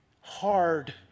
hard